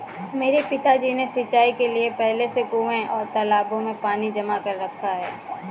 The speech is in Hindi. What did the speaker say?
मेरे पिताजी ने सिंचाई के लिए पहले से कुंए और तालाबों में पानी जमा कर रखा है